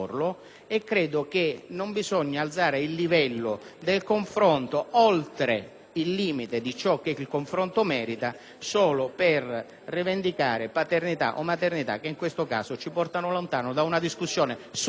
il limite di ciò che il confronto stesso merita solo per rivendicare paternità o maternità che in questo caso ci portano lontano da una discussione sul merito della questione alla quale dovremmo tutti strettamente e con serietà